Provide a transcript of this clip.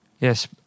Yes